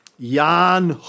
Jan